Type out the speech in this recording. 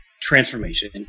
transformation